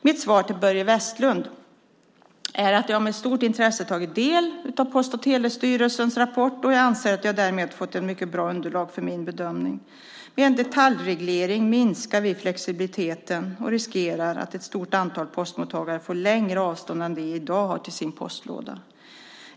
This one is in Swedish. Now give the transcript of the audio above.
Mitt svar till Börje Vestlund är att jag med stort intresse tagit del av Post och telestyrelsens rapport och anser att jag därigenom fått ett mycket bra underlag för min bedömning. Med en detaljreglering minskar vi flexibiliteten och riskerar att ett stort antal postmottagare får längre avstånd än de har i dag till sin postlåda.